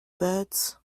birds